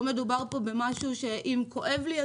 לא מדובר במשהו שאם כואב לי,